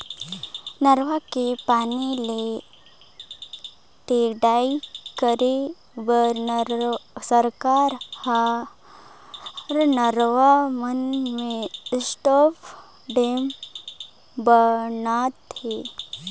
नरूवा के पानी ले टेड़ई करे बर सरकार हर नरवा मन में स्टॉप डेम ब नात हे